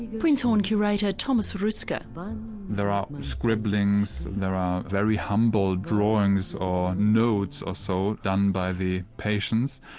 prinzhorn curator thomas roeske. ah but there are scribblings, there are very humble drawings or notes or so done by the patients,